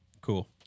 Cool